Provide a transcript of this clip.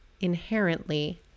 inherently